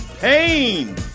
pain